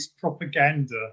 propaganda